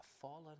fallen